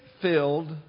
filled